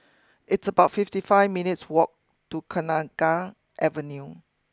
it's about fifty five minutes' walk to Kenanga Avenue